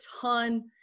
ton